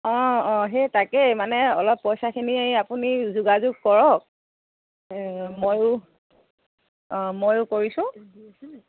অঁ অঁ সেই তাকেই মানে অলপ পইচাখিনি আপুনি যোগাযোগ কৰক ময়ো অঁ ময়ো কৰিছোঁ